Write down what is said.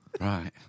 Right